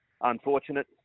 unfortunate